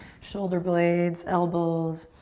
shoulder blades, elbows.